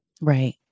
right